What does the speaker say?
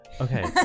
Okay